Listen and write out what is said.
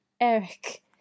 Eric